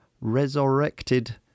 resurrected